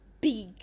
big